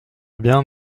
bien